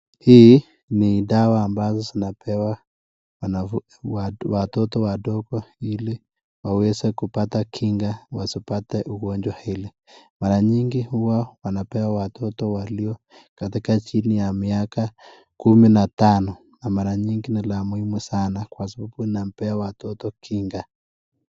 Hii ni dawa ambazo zinapewa, watoto wadogo ili weweze kupata Kinga wasipate ugonjwa hili. Mara nyingi uwa wanapewa watoto walio katika chini ya miaka kumi na tano na mara nyingi ni ya muhimu sana kwa sababu inampea watoto Kinga.